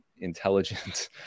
intelligent